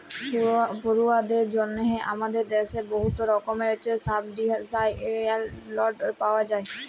পড়ুয়াদের জ্যনহে আমাদের দ্যাশে বহুত রকমের সাবসিডাইস্ড লল পাউয়া যায়